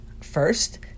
First